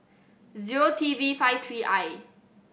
zero T V five three I